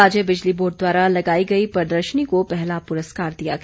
राज्य बिजली बोर्ड द्वारा लगाई गई प्रदर्शनी को पहला पुरस्कार दिया गया